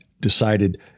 decided